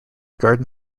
garden